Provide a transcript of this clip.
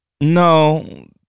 No